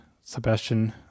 Sebastian